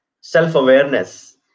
self-awareness